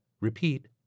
Repeat